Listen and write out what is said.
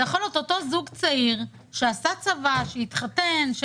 זה יכול להיות אותו זוג צעיר שעשה צבא, שהתחתן.